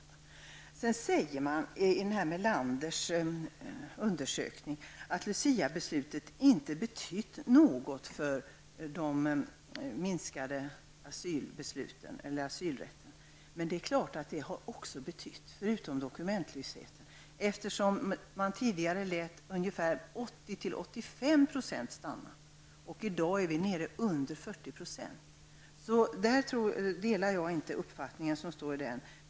I Melanders undersökning sägs det att luciabeslutet inte har betytt något när det gäller det minskade antalet beslut om asyl. Men det är klart att det, förutom dokumentlösheten, har betytt något. Tidigare lät man ungefär 80--85 % stanna i Sverige. I dag är man nere på under 40 %. Jag delar alltså inte uppfattningen som framförts i denna undersökning.